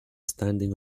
standing